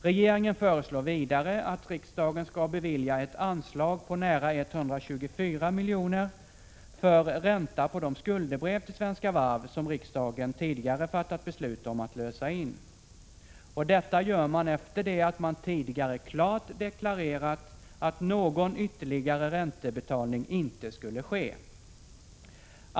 Regeringen föreslår vidare att riksdagen skall bevilja ett anslag på nära 124 milj.kr. för ränta på de skuldebrev till Svenska Varv som riksdagen tidigare fattat beslut om att lösa in. Och detta gör man efter det att man tidigare klart deklarerat, att någon ytterligare räntebetalning inte skulle ske.